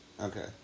Okay